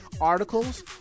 articles